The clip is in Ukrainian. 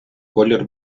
колір